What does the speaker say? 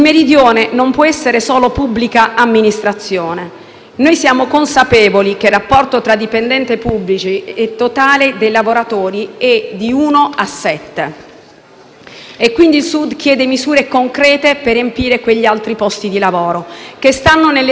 Le nuove assunzioni, lo scorrimento delle graduatorie, i nuovi concorsi non possono diventare una sorta di riffa di Stato. Le misure di questo disegno di legge, che appesantiscono, anziché alleggerirlo, il meccanismo di reclutamento, devono essere cambiate.